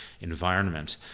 environment